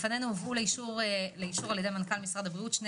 לפנינו הובאו לאישור על-ידי מנכ"ל משרד הבריאות שני